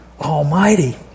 Almighty